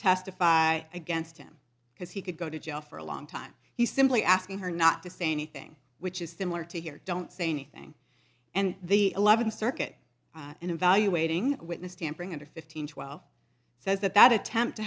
testify against him because he could go to jail for a long time he simply asking her not to say anything which is similar to here don't say anything and the eleventh circuit in evaluating witness tampering under fifteen twelve says that that attempt to